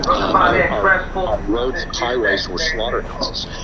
um are our our roads, highways were slaughterhouses.